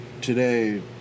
today